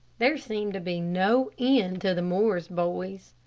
there seemed to be no end to the morris boys.